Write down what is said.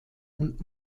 und